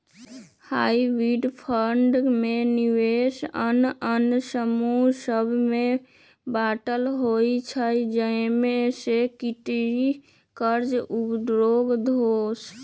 hybrid fund में निवेश आन आन समूह सभ में बाटल होइ छइ जइसे इक्विटी, कर्जा आउरो दोसर